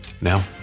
Now